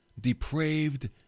depraved